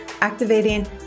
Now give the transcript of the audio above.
activating